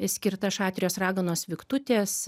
skirta šatrijos raganos viktutės